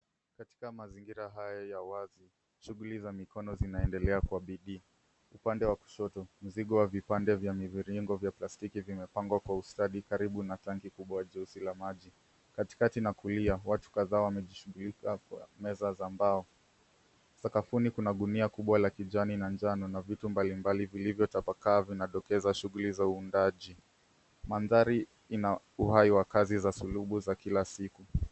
Katika mazingira haya ya wazi, shughuli za mikono zinaendelea kwa bidii. Upande wa kushoto, mzigo wa vipande vya miviringo vya plastiki vimepangwa kwa ustadi karibu na tanki kubwa jeusi la maji. Katikati na kulia, watu kadhaa wamejishughulisha kwa meza za mbao. Sakafuni kuna gunia kubwa la kijani na njano na vitu mbalimbali vilivyotapakaa vinadokeza shughuli za uundaji. Mandhari ina uhai wa kazi za sulubu za kila siku.